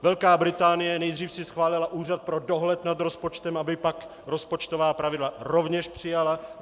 Velká Británie si nejdřív schválila úřad pro dohled nad rozpočtem, aby pak rozpočtová pravidla rovněž přijala.